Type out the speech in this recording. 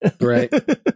Right